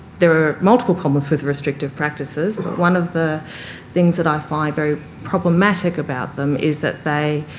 there are multiple problems with restrictive practices but one of the things that i find very problematic about them is that they,